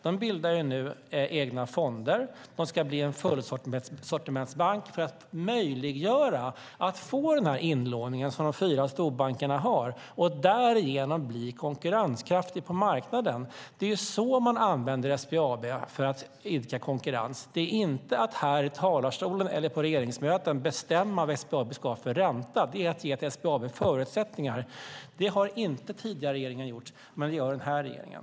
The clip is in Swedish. De bildar nu egna fonder och ska bli en fullsortimentsbank för att möjliggöra att få den inlåning som de fyra storbankerna har och därigenom bli konkurrenskraftig på marknaden. Det är så man använder SBAB för att idka konkurrens - inte att här i talarstolen eller på regeringsmöten bestämma vilken ränta SBAB ska ha. Det gäller att ge SBAB förutsättningar. Det har inte tidigare regeringar gjort, men det gör den här regeringen.